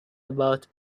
about